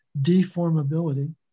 deformability